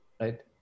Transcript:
Right